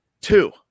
Two